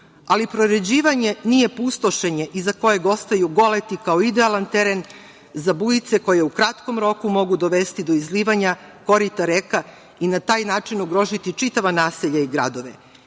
ali proređivanje nije pustošenje iza koje ostaju goleti kao idealan teren za bujice koje u kratkom roku mogu dovesti do izlivanja korita reka i na taj način ugroziti čitava naselja i gradove.